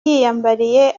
yiyambariye